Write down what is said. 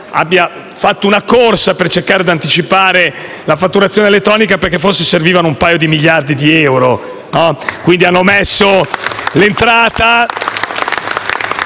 abbia fatto una corsa per cercare di anticipare la fatturazione elettronica perché forse servivano un paio di miliardi di euro. *(Applausi dai